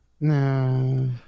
No